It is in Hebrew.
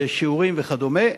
בשיעורים וכדומה.